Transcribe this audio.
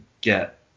get